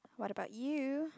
what about you